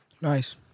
Nice